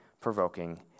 provoking